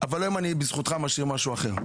אבל היום אני בזכותך משאיר משהו אחר.